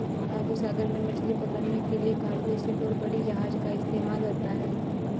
बाबू सागर में मछली पकड़ने के लिए कार्गो शिप और बड़ी जहाज़ का इस्तेमाल होता है